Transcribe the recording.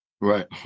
right